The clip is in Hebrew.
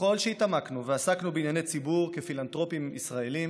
ככל שהתעמקנו ועסקנו בענייני ציבור כפילנתרופים ישראלים